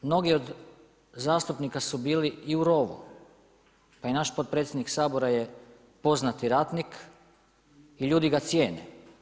Mnogi od zastupnika su bili i u rovu, pa i naš potpredsjednik Sabor je poznati ratnik, ljudi ga cijene.